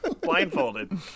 Blindfolded